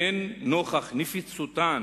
הן נוכח נפוצותן